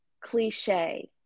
cliche